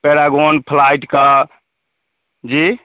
Paragon flight का जी